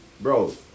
bro